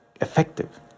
effective